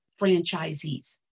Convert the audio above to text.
franchisees